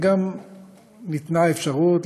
וגם ניתנה אפשרות,